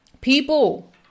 people